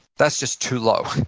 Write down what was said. that's just too low.